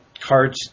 cards